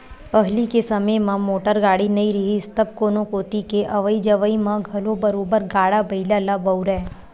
पहिली के समे म मोटर गाड़ी नइ रिहिस तब कोनो कोती के अवई जवई म घलो बरोबर गाड़ा बइला ल बउरय